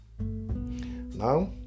Now